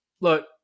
Look